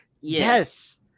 Yes